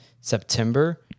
September